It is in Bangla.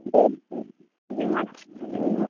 মাছ নেব